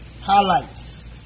Highlights